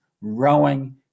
rowing